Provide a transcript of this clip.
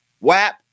WAP